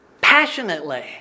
passionately